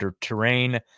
terrain